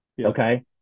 Okay